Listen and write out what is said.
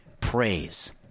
Praise